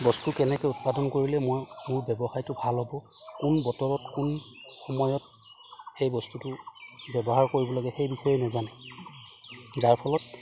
বস্তু কেনেকে উৎপাদন কৰিলে মই মোৰ ব্যৱসায়টো ভাল হ'ব কোন বতৰত কোন সময়ত সেই বস্তুটো ব্যৱহাৰ কৰিব লাগে সেই বিষয়ে নেজানে যাৰ ফলত